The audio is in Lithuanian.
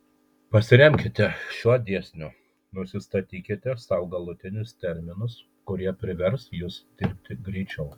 pasiremkite šiuo dėsniu nusistatykite sau galutinius terminus kurie privers jus dirbti greičiau